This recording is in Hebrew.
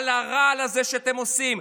על הרעל הזה שאתם עושים,